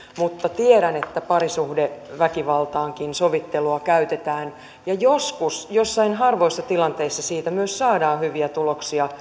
mutta tiedän että parisuhdeväkivaltaankin sovittelua käytetään ja joskus joissain harvoissa tilanteissa siitä myös saadaan hyviä tuloksia